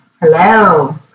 Hello